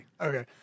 Okay